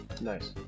Nice